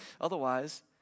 Otherwise